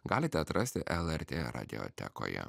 galite atrasti lrt radiotekoje